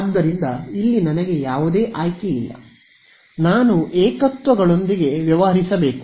ಆದ್ದರಿಂದ ಇಲ್ಲಿ ನನಗೆ ಯಾವುದೇ ಆಯ್ಕೆ ಇಲ್ಲ ನಾನು ಏಕತ್ವಗಳೊಂದಿಗೆ ವ್ವವಹರಿಸಬೇಕು